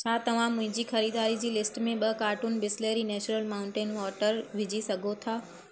छा तव्हां मुंहिंजी ख़रीदारी जी लिस्ट में ॿ carton Bisleri natural mountain water विझी सघो था